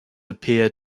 appear